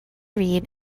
read